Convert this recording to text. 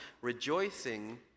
Rejoicing